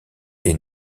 est